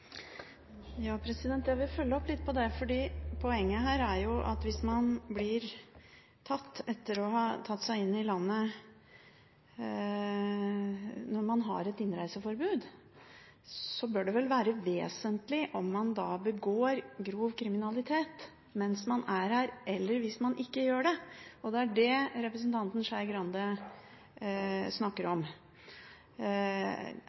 Jeg vil følge opp litt på det. Poenget her er at hvis man blir tatt etter å ha tatt seg inn i landet når man har et innreiseforbud, bør det være vesentlig om man begår grov kriminalitet mens man er her eller om man ikke gjør det. Det er det representanten Skei Grande snakker